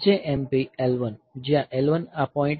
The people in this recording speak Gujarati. SJMP L1 જ્યાં L1 આ પોઈન્ટ છે